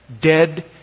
dead